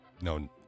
no